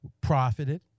profited